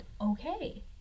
okay